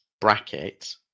bracket